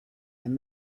and